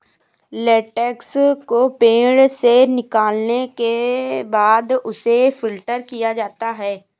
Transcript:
latex को पेड़ से निकालने के बाद उसे फ़िल्टर किया जाता है